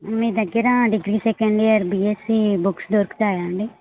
మీ దగ్గర degree second year BSc books దొరుకుతాయా అండి